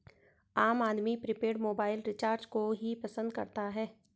आम आदमी prepaid mobile recharge को ही पसंद करता है